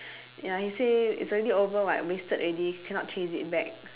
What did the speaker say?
ya he say it's already over [what] wasted already cannot chase it back